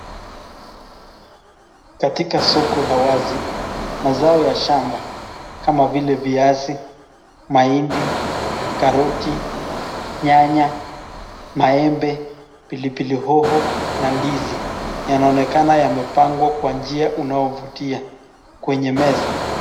Katika soko la wazi, mazao ya shamba kama vile viazi, mahindi, karoti, nyanya, maembe, pilipili hoho na ndizi yanaonekana yamepangwa kwa njia unaovutia kwenye meza.